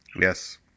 yes